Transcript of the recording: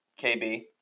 KB